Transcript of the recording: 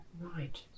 Right